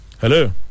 Hello